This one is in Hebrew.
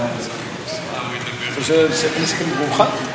רק לאחר מכן הצבעות.